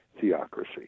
theocracy